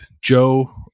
Joe